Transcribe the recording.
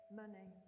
money